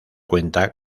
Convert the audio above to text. cuenta